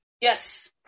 Yes